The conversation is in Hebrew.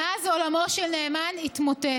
מאז, עולמו של נאמן התמוטט.